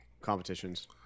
competitions